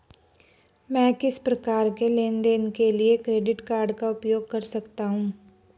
मैं किस प्रकार के लेनदेन के लिए क्रेडिट कार्ड का उपयोग कर सकता हूं?